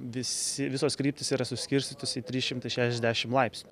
visi visos kryptys yra suskirstytos į trys šimtai šešiasdešim laipsnių